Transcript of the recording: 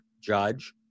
Judge